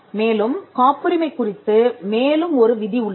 மேலும் காப்புரிமை குறித்து மேலும் ஒரு விதி உள்ளது